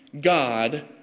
God